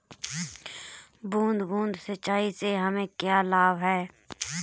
बूंद बूंद सिंचाई से हमें क्या लाभ है?